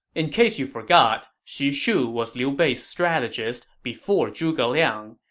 in case you forgot, xu shu was liu bei's strategist before zhuge liang,